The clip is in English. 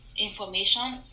information